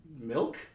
Milk